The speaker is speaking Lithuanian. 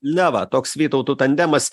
na va toks vytautų tandemas